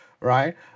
right